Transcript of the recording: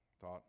thought